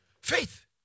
Faith